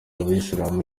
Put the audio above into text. abayisilamu